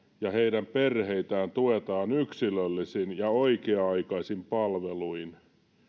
ja heidän perheitään tuetaan yksilöllisin ja oikea aikaisin palveluin